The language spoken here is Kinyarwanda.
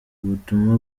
ubutumwa